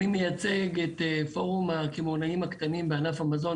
אני מייצג את פורום הקמעונאים הקטנים בענף המזון.